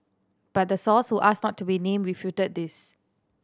but the source who asked not to be named refuted this